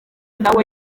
nawe